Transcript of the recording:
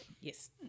Yes